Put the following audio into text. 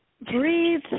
Breathe